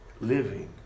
living